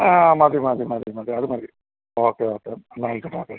ആ മതി മതി മതി മതി അത് മതി ഓക്കെ ഓക്കെ എന്നാൽ ആയിക്കോട്ടെ ഒകെ